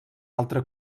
altre